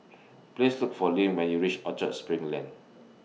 Please Look For Lyn when YOU REACH Orchard SPRING Lane